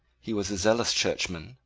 he was a zealous churchman,